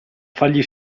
fargli